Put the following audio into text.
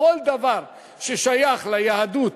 בכל דבר ששייך ליהדות